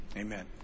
Amen